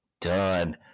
done